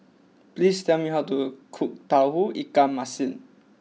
please tell me how to cook Tauge Ikan Masin